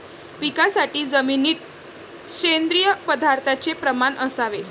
पिकासाठी जमिनीत सेंद्रिय पदार्थाचे प्रमाण असावे